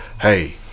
hey